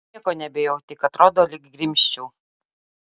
nieko nebijau tik atrodo lyg grimzčiau